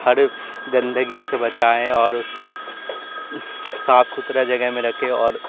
ہر ایک گندگی سے بچائیں اور اسے صاف ستھرا جگہ میں رکھے اور